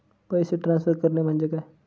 पैसे ट्रान्सफर करणे म्हणजे काय?